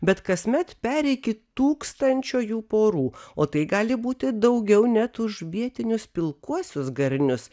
bet kasmet peri iki tūkstančio jų porų o tai gali būti daugiau net už vietinius pilkuosius garnius